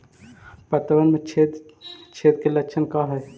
पतबन में छेद छेद के लक्षण का हइ?